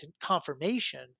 confirmation